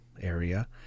area